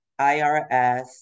IRS